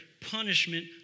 punishment